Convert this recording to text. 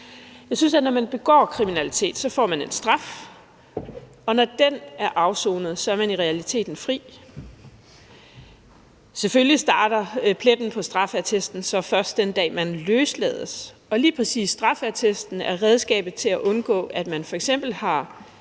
Jeg synes, at når man begår kriminalitet, får man en straf, og når den er afsonet, er man i realiteten fri. Selvfølgelig starter pletten på straffeattesten så først den dag, man løslades, og lige præcis straffeattesten er redskabet til at undgå, at man f.eks. får